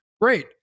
Great